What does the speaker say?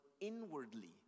inwardly